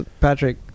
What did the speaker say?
Patrick